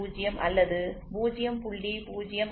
0 அல்லது 0